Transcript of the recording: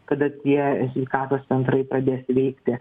kada tie sveikatos centrai pradės veikti